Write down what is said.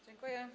Dziękuję.